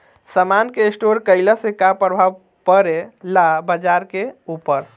समान के स्टोर काइला से का प्रभाव परे ला बाजार के ऊपर?